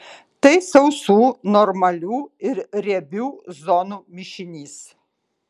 tai sausų normalių ir riebių zonų mišinys